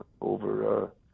over